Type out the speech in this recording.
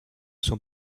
són